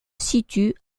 situe